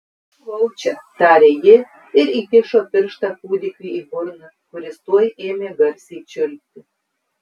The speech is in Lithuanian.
buvau čia tarė ji ir įkišo pirštą kūdikiui į burną kuris tuoj ėmė garsiai čiulpti